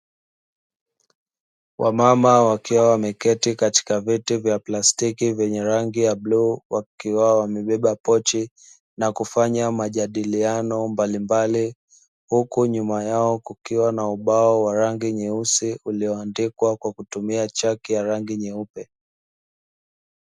Wamama wakiwa wameketi katika viti vya plastiki vyenye rangi ya bluu wakiwa wamebwba pochi na kufanya majadiliano mbalimbali, huku nyuma yao kukiwa na ubao wa rangi nyeusi uliondikwa kwa kutumia chaki ya rangi nyeupe.